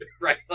right